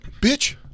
bitch